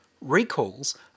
Recalls